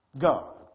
God